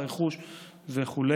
רכוש וכו',